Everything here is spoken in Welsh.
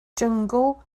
jyngl